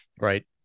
right